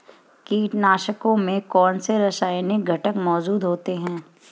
कीटनाशकों में कौनसे रासायनिक घटक मौजूद होते हैं?